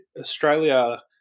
Australia